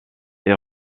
est